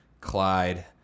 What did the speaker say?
Clyde